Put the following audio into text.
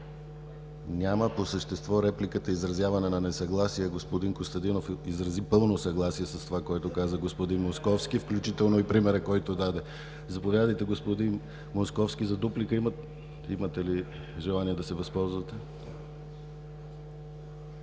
Няма. По същество репликата е изразяване на несъгласие. Господин Костадинов изрази пълно съгласие с това, което каза господин Московски, включително и примера, който даде. Заповядайте, господин Московски, за дуплика. Имате ли желание да се възползвате?